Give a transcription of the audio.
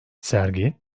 sergi